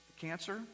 Cancer